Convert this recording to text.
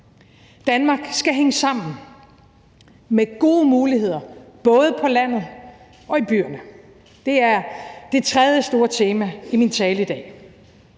Danmark skal hænge sammen – med gode muligheder, både på landet og i byerne. Det er det tredje store tema i min tale i dag.